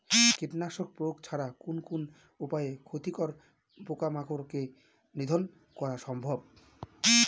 কীটনাশক প্রয়োগ ছাড়া কোন কোন উপায়ে ক্ষতিকর পোকামাকড় কে নিধন করা সম্ভব?